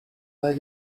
like